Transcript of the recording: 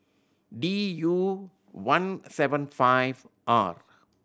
D U one seven five R